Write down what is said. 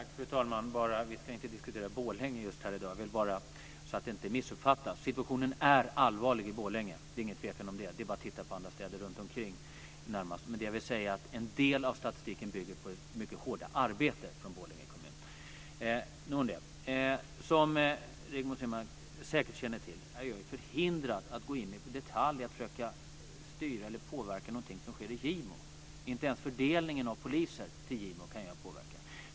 Fru talman! Vi ska inte diskutera Borlänge här i dag. Situationen är allvarlig i Borlänge. Det är ingen tvekan om det, det är bara att titta på andra städer närmast runtomkring. En del av det som visas i statistiken bygger på det mycket hårda arbetet från Borlänge kommun. Nog om det. Som Rigmor Stenmark säkert känner till är jag förhindrad att gå in i detalj och försöka styra eller påverka någonting som sker i Gimo, inte ens fördelningen av poliser till Gimo kan jag påverka.